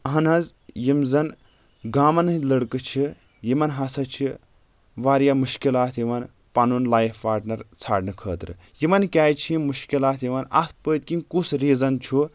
اہن حظ یِم زن گامن ہٕنٛدۍ لڑکہٕ چھِ یِمن ہسا چھِ واریاہ مُشکِلات یِوان پنُن لایف پاٹنر ژھارنہٕ خٲطرٕ یِمن کیازِ چھِ یِم مُشکِلات یِوان اتھ پٔتۍ کِنۍ کُس ریٖزن چھُ